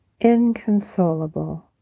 inconsolable